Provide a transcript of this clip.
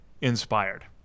inspired